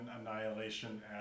annihilation